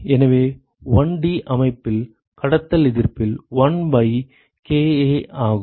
எனவே 1 D அமைப்பில் கடத்தல் எதிர்ப்பில் l பை kA ஆகும்